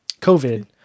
COVID